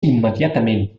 immediatament